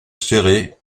serré